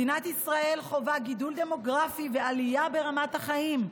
מדינת ישראל חווה גידול דמוגרפי ועלייה ברמת החיים,